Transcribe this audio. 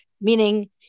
Meaning